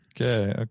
okay